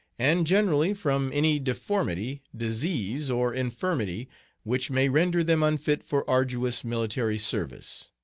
and, generally, from any deformity, disease, or infirmity which may render them unfit for arduous military service.